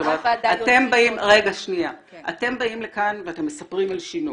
אתם באים לכאן ואתם מספרים על שינוי.